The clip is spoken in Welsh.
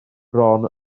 bron